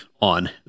on